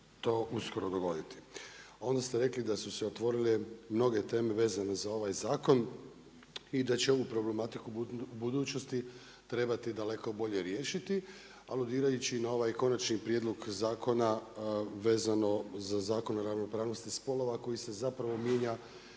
to uskoro dogoditi. Onda ste rekli da su se otvorile mnoge teme vezane uz ovaj zakon i da će ovu problematiku budućnosti trebati daleko bolje riješiti, aludirajući na ovaj konačni prijedloga zakona vezano za Zakon o ravnopravnosti spolova koji se zapravo mijenja